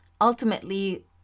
ultimately